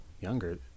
younger